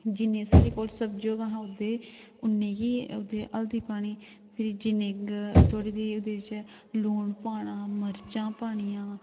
जिन्नी साढ़े कोल सब्ज़ी होग असें ओह्दे उन्नी गै हल्दी पानी फिर जिन्नी थोह्ड़ी जेही ओह्दे च लून पाना मर्चां पानियां